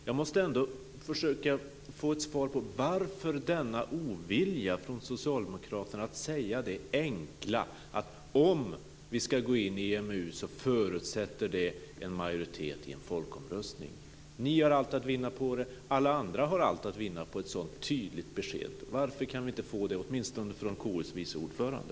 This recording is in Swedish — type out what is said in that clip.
Jag måste ändå försöka få ett svar på varför denna ovilja finns från socialdemokraterna att säga det enkla att det, om vi ska gå in i EMU, förutsätter en majoritet i en folkomröstning. Ni har allt att vinna på det. Alla andra har allt att vinna på ett sådant tydligt besked. Varför kan vi inte få det, åtminstone från KU:s vice ordförande?